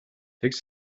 тэгж